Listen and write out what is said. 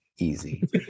Easy